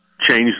Change